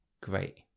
great